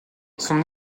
son